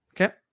Okay